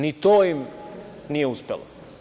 Ni to im nije uspelo.